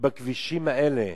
בכבישים האלה.